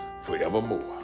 forevermore